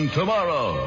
tomorrow